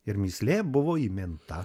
ir mįslė buvo įminta